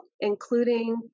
including